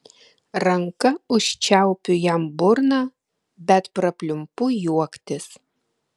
ranka užčiaupiu jam burną bet prapliumpu juoktis